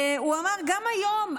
הוא אמר גם היום,